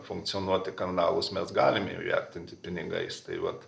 funkcionuoti kanalus mes galime įvertinti pinigais tai vat